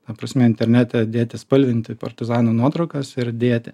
ta prasme internete dėti spalvinti partizanų nuotraukas ir dėti